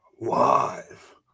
live